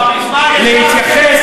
להתייחס,